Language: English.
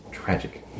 Tragic